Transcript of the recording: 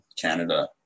Canada